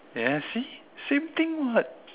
ya see same thing [what]